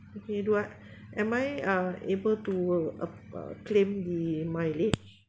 okay what am I uh able to um uh claim the mileage